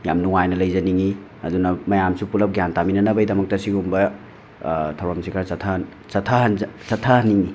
ꯌꯥꯝ ꯅꯨꯡꯉꯥꯏꯅ ꯂꯩꯖꯅꯤꯡꯉꯤ ꯑꯗꯨꯅ ꯃꯌꯥꯝꯁꯨ ꯄꯨꯂꯞ ꯒ꯭ꯌꯥꯟ ꯇꯥꯃꯤꯟꯅꯅꯕꯩꯗꯃꯛꯇ ꯁꯤꯒꯨꯝꯕ ꯊꯧꯔꯝꯁꯦ ꯈꯔ ꯆꯠꯊꯍꯟ ꯆꯠꯊꯍꯟꯖ ꯆꯠꯊꯍꯟꯅꯤꯡꯉꯤ